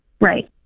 Right